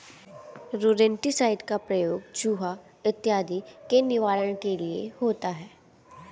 rodenticide का प्रयोग चुहा इत्यादि के निवारण के लिए होता है